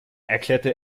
erklärte